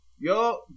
Yo